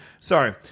Sorry